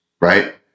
right